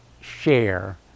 share